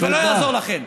לא יעזור לכם.